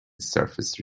surface